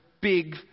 big